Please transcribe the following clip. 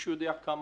מישהו יודע כמה